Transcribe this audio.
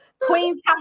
queen's